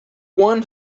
one